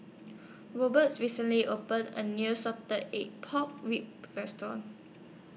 Robert recently opened A New Salted Egg Pork Ribs Restaurant